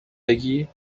بگی